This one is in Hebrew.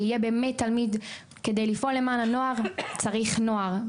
שיהיה באמת תלמיד כדי לפעול למען הנוער צריך נוער.